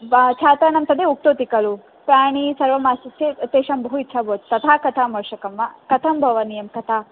वा छात्राणां तदेव उक्तवती खलु प्राणिनः सर्वे आसीत् चेत् तेषां बहु इच्छा भवति तथा कथम् आवश्यकं वा कथं भवनीयं कथा